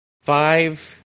five